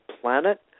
planet